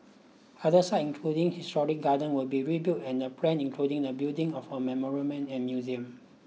other sites including historic gardens will be rebuilt and the plan including the building of a memorial and museum